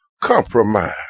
compromise